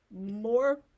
more